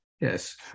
yes